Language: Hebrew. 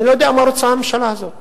אני לא יודע מה רוצה הממשלה הזאת.